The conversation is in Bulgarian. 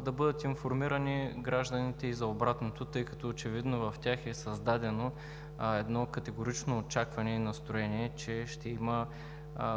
да бъдат информирани гражданите и за обратното, тъй като очевидно в тях е създадено едно категорично очакване и настроение, че ще има